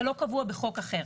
זה לא קבוע בחוק אחר.